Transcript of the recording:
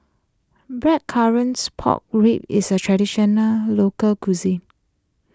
Blackcurrants Pork Ribs is a Traditional Local Cuisine